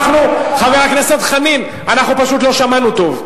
חבר הכנסת חנין, אנחנו פשוט לא שמענו טוב.